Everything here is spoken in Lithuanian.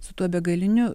su tuo begaliniu